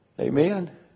Amen